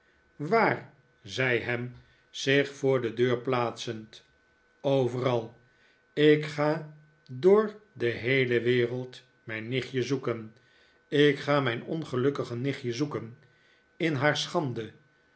waar zei ham zich voor de deur plaatsend overal ik ga door de heele wereld mijn nichtje zoeken ik ga mijn ongelukkige nichtje zoeken in haar schande